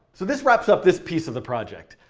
so this wraps up this piece of the project.